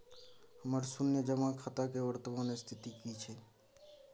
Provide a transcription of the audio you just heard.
हमर शुन्य जमा खाता के वर्तमान स्थिति की छै?